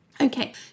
Okay